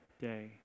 day